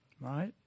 Right